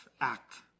act